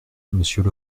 monsieur